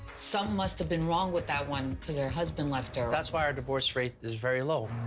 so must have been wrong with that one, cause her husband left her. that's why our divorce rate is very low.